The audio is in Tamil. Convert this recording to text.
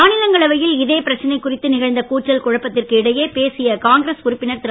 மாநிலங்களவையில் இதே பிரச்சனை குறித்து நிகழ்ந்த கூச்சல் குழப்பத்திற்கு இடையே பேசிய காங்கிரஸ் உறுப்பினர் திரு